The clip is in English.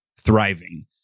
thriving